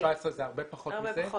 2017 זה הרבה פחות מזה.